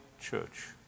church